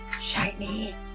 Shiny